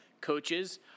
coaches